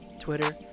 Twitter